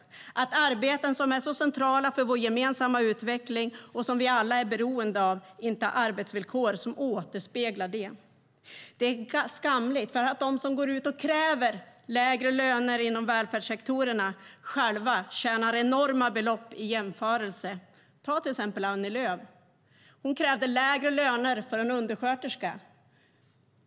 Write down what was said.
När det gäller arbeten som är centrala för vår gemensamma utveckling och som vi alla är beroende av är det inte arbetsvillkor som återspeglar det. Det är skamligt också för att de som går ut och kräver lägre löner inom välfärdssektorerna själva tjänar enorma belopp i jämförelse. Ta till exempel Annie Lööf! Hon krävde lägre löner för en undersköterska.